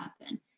happen